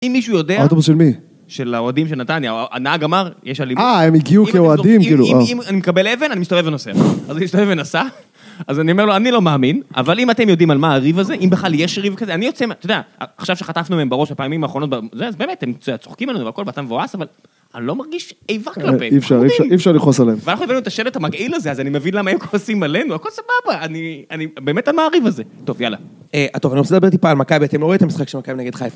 אם מישהו יודע, האוטובוס של מי? של האוהדים של נתניה, הנהג אמר, יש אלימות. אה, הם הגיעו כאוהדים, כאילו, אה. אם אני מקבל אבן, אני מסתובב ונוסע. אז הוא הסתובב ונסע, אז אני אומר לו, אני לא מאמין, אבל אם אתם יודעים על מה הריב הזה, אם בכלל יש ריב כזה, אני יוצא מה... אתה יודע, עכשיו שחטפנו מהם בראש הפעמים האחרונות, זה, אז באמת, הם צוחקים עלינו והכל, ואתה מבואס, אבל... אני לא מרגיש איבה כלפיהם. אי אפשר, אי אפשר לכעוס עליהם. ואנחנו הבאנו את השלט המגעיל הזה, אז אני מבין למה הם כועסים עלינו. הכל סבבה, אני באמת על מה הריב הזה. טוב, יאללה. אה, טוב, אני רוצה לדבר טיפה על מכבי, אתם לא רואים את המשחק של מכבי נגד חיפה.